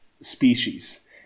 species